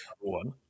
one